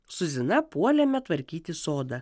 su zina puolėme tvarkyti sodą